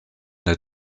der